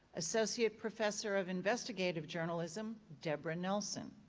associate professor of investigative journalism deborah nelson.